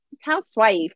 housewife